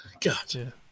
God